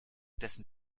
dessen